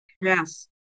Yes